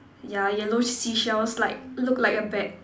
yeah yellow seashells like look like a bag